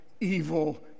evil